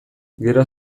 gero